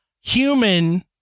human